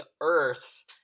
Earth